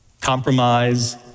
Compromise